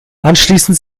anschließend